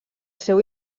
seu